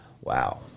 wow